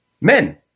men